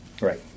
right